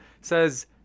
says